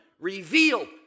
revealed